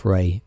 Ray